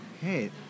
hey